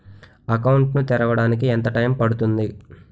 Account ను తెరవడానికి ఎంత టైమ్ పడుతుంది?